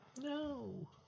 No